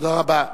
תודה רבה.